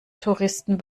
touristen